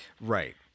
Right